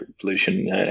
pollution